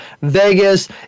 vegas